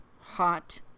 hot